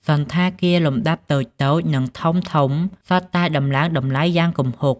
សណ្ឋាគារលំដាប់តូចៗ និងធំៗសុទ្ធតែដំឡើងតម្លៃយ៉ាងគំហុក។